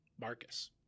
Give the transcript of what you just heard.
Marcus